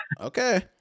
Okay